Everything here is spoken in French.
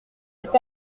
est